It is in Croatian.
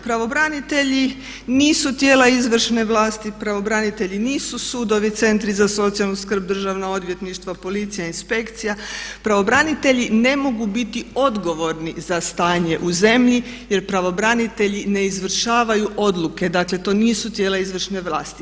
Pravobranitelji nisu tijela izvršne vlasti, pravobranitelji nisu sudovi, centri za socijalnu skrb državna odvjetništva, policija, inspekcija, pravobranitelji ne mogu biti odgovorni za stanje u zemlji jer pravobranitelji ne izvršavaju odluke, dakle to nisu tijela izvršne vlasti.